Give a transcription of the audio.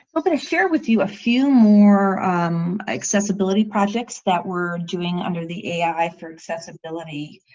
so but share with you a few more um accessibility projects that we're doing under the ai for accessibility.